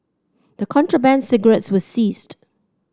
the contraband cigarettes were seized